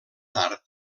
tard